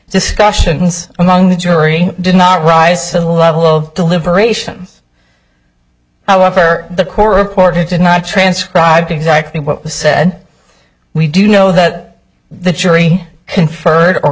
discussions among the jury did not rise to the level of deliberations however the core reporter did not transcribed exactly what was said we do know that the jury conferred or